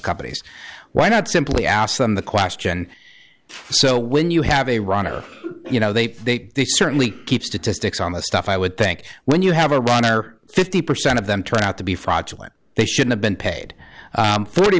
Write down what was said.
companies why not simply ask them the question so when you have a runner you know they they they certainly keep statistics on the stuff i would think when you have a runner fifty percent of them turn out to be fraudulent they should have been paid thirty